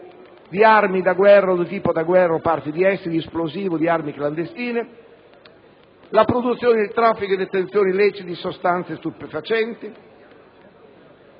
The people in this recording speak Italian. di armi da guerra o di tipo da guerra o parti di esse, di esplosivi, di armi clandestine; produzione, traffico e detenzione illeciti di sostanze stupefacenti